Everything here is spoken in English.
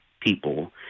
people